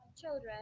Children